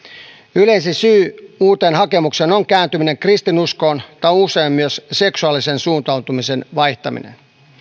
yleisin syy uuteen hakemukseen on kääntyminen kristinuskoon tai usein myös seksuaalisen suuntautumisen vaihtaminen